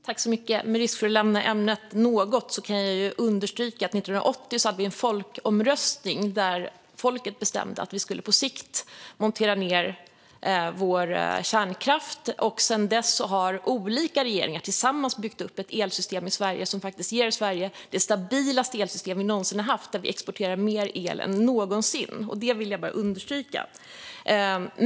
Herr talman! Med risk för att något lämna ämnet vill jag understryka att vi 1980 hade en folkomröstning, där folket bestämde att vi på sikt skulle montera ned vår kärnkraft. Sedan dess har olika regeringar tillsammans byggt upp ett elsystem i Sverige som faktiskt ger Sverige det stabilaste elsystem som vi någonsin har haft. Vi exporterar mer el än någonsin. Det vill jag bara understryka.